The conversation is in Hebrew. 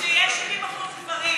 שלוש דקות לרשותך.